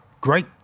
great